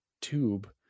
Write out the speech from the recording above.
tube